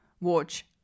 watch